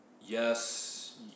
Yes